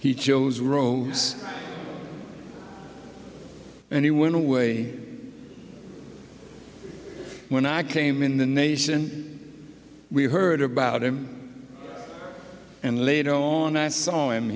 he chose rooms and he went away when i came in the nation we heard about him and later on i saw him